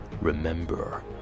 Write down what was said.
remember